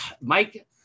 Mike